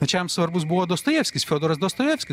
pačiam svarbus buvo dostojevskis fiodoras dostojevskis